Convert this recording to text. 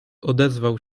odezwał